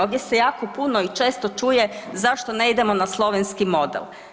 Ovdje se jako puno i često čuje zašto ne idemo na slovenski model.